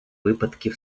випадків